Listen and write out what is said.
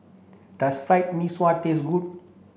does Fried Mee Sua taste good